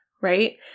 right